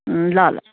ल ल